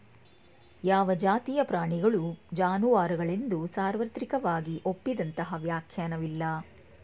ಯಾವ ಜಾತಿಯ ಪ್ರಾಣಿಗಳು ಜಾನುವಾರುಗಳೆಂದು ಸಾರ್ವತ್ರಿಕವಾಗಿ ಒಪ್ಪಿದಂತಹ ವ್ಯಾಖ್ಯಾನವಿಲ್ಲ